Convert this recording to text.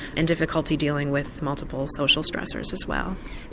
and difficulty dealing with multiple social stressors as well.